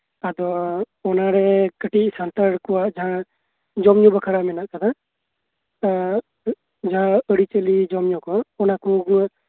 ᱟᱫᱚ ᱚᱱᱟᱨᱮ ᱠᱟᱹᱴᱤᱜ ᱥᱟᱱᱛᱟᱲ ᱠᱚᱣᱟᱜ ᱡᱟᱦᱟᱸ ᱡᱚᱢ ᱧᱩ ᱵᱟᱠᱷᱨᱟ ᱢᱮᱱᱟᱜ ᱟᱠᱟᱫᱟ ᱡᱟᱦᱟᱸ ᱟᱨᱤᱪᱟᱞᱤ ᱡᱚᱢ ᱧᱩ ᱠᱚ ᱚᱱᱟ ᱠᱚ ᱟᱹᱜᱩ